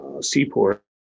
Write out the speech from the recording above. seaport